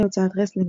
הוצאת רסלינג,